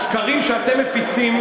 השקרים שאתם מפיצים,